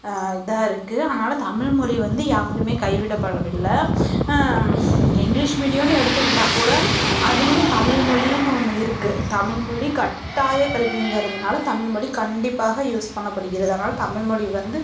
இதாக இருக்குது அதனால் தமிழ் மொழி வந்து யாரும் கைவிடப்படவில்லை இங்கிலீஷ் மீடியன்னு எடுத்துக்கிட்டால் கூட அதிலேயும் தமிழ் மொழினு ஒன்று இருக்குது தமிழ் மொழி கட்டாயக் கல்விங்கிறதுனால தமிழ் மொழி கண்டிப்பாக யூஸ் பண்ணப்படுகிறது அதனால் தமிழ் மொழி வந்து